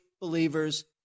believers